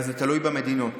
אבל זה תלוי במדינות.